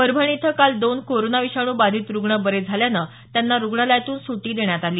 परभणी इथं काल दोन कोरोना विषाणू बाधित रुग्ण बरे झाल्यानं त्यांना रुग्णालयातून सुटी देण्यात आली